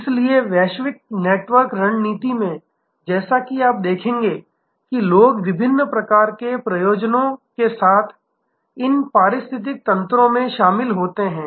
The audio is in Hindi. इसलिए वैश्विक नेटवर्क रणनीति में जैसा कि आप देखेंगे कि लोग विभिन्न प्रकार के प्रयोजनों के साथ इन पारिस्थितिक तंत्रों में शामिल होते हैं